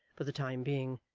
for the time being,